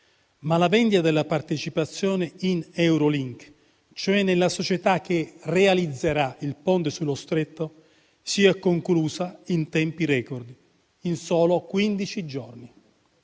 ma la vendita della partecipazione in Eurolink, cioè nella società che realizzerà il Ponte sullo Stretto, si è conclusa in tempi *record*, in soli quindici giorni.